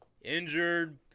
injured